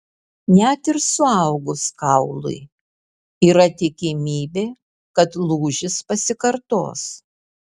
net ir suaugus kaului yra tikimybė kad lūžis pasikartos